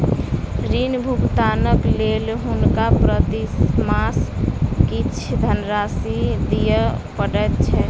ऋण भुगतानक लेल हुनका प्रति मास किछ धनराशि दिअ पड़ैत छैन